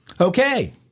Okay